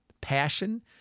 passion